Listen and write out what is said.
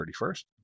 31st